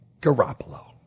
Garoppolo